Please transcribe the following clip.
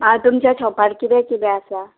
आं तुमच्या शॉपार किदें किदें आसा